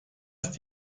ist